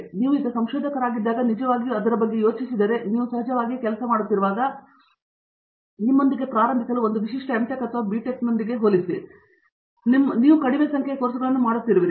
ಮತ್ತು ನೀವು ಈಗ ಸಂಶೋಧಕರಾಗಿದ್ದಾಗ ನೀವು ನಿಜವಾಗಿಯೂ ಅದರ ಬಗ್ಗೆ ಯೋಚಿಸಿದರೆ ನೀವು ಸಹಜವಾಗಿಯೇ ಕೆಲಸ ಮಾಡುತ್ತಿರುವಾಗ ನಿಮ್ಮೊಂದಿಗೆ ಪ್ರಾರಂಭಿಸಲು ಒಂದು ವಿಶಿಷ್ಟ ಎಮ್ ಟೆಕ್ ಅಥವಾ ಬಿ ಟೆಕ್ನೊಂದಿಗೆ ಹೋಲಿಸಿದಾಗ ನಿಮ್ಮೊಂದಿಗೆ ಕಡಿಮೆ ಸಂಖ್ಯೆಯ ಕೋರ್ಸ್ಗಳನ್ನು ಮಾಡುತ್ತಿರುವಿರಿ